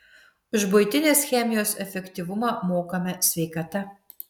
už buitinės chemijos efektyvumą mokame sveikata